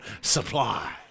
supply